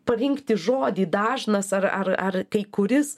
parinkti žodį dažnas ar ar ar kai kuris